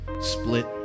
Split